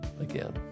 again